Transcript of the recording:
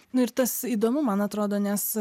nu ir tas įdomu man atrodo nes